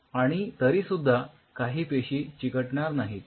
आणि तरीसुद्धा काही पेशी चिकटणार नाहीत